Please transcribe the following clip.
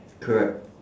correct